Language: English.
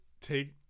take